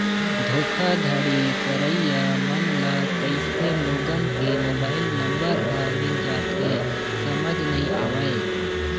धोखाघड़ी करइया मन ल कइसे लोगन के मोबाईल नंबर ह मिल जाथे समझ नइ आवय